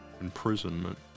imprisonment